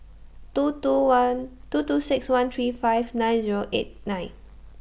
two two one two two six one three five nine Zero eight nine